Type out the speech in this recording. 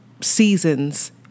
seasons